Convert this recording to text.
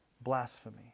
blasphemy